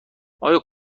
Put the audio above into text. آیا